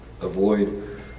avoid